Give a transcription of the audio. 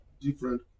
different